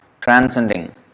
transcending